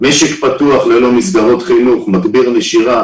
משק פתוח ללא מסגרות חינוך מגביר נשירה